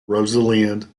rosalind